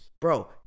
Bro